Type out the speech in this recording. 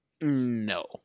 No